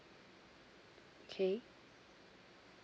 okay